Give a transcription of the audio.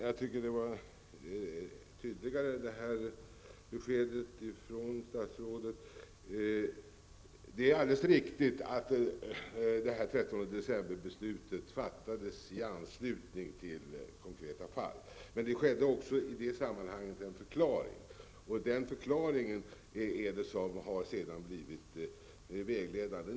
Herr talman! Jag tycker att det här beskedet från statsrådet var tydligare. Det är riktigt att 13 decemberbeslutet fattades i anslutning till konkreta fall, och det fanns också i det sammanhanget en förklaring. Det är den förklaringen som sedan har blivit vägledande.